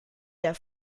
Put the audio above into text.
der